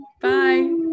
bye